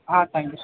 ah thank you sir